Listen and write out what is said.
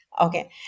Okay